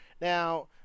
Now